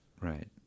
Right